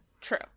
True